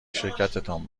شرکتتان